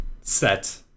set